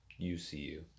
UCU